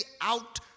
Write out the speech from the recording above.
out